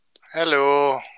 Hello